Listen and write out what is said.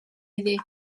iddi